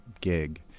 gig